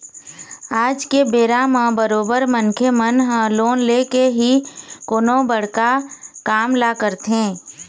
आज के बेरा म बरोबर मनखे मन ह लोन लेके ही कोनो बड़का काम ल करथे